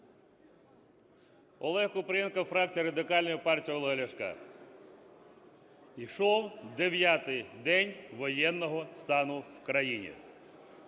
Олег Купрієнко, фракція Радикальної партії Олега Ляшка. Йшов 9-й день воєнного стану в країні.